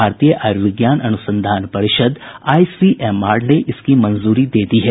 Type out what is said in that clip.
भारतीय आयुर्विज्ञान अनुसंधान परिषद आईसीएमआर ने इसकी मंजूरी दे दी है